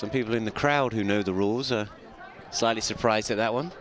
some people in the crowd who know the rules are slightly surprised that one